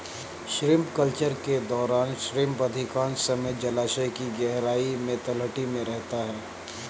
shrimp culture के दौरान shrimp अधिकांश समय जलायश की गहराई में तलहटी में रहता है